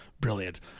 brilliant